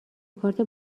کارت